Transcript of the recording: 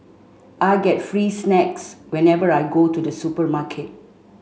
I get free snacks whenever I go to the supermarket